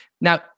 Now